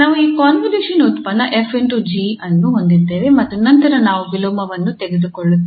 ನಾವು ಈ ಕಾಂವೊಲ್ಯೂಷನ್ ಉತ್ಪನ್ನ 𝑓 ∗ 𝑔 ಅನ್ನು ಹೊಂದಿದ್ದೇವೆ ಮತ್ತು ನಂತರ ನಾವು ವಿಲೋಮವನ್ನು ತೆಗೆದುಕೊಳ್ಳುತ್ತೇವೆ